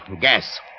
gas